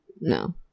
No